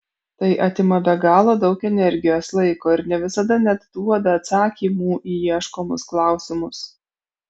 tai atima be galo daug energijos laiko ir ne visada net duoda atsakymų į ieškomus klausimus